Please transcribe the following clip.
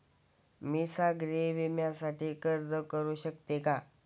मी सागरी विम्यासाठी अर्ज करू शकते का?